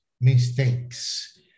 mistakes